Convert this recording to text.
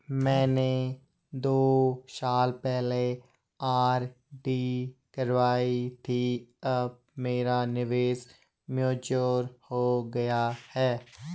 मैंने दो साल पहले आर.डी करवाई थी अब मेरा निवेश मैच्योर हो गया है